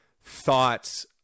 thoughts